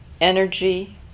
energy